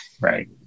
Right